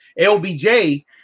LBJ